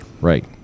right